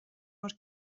rud